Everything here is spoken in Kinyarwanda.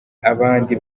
abandi